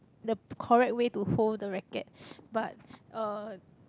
the correct way to hold the racket but uh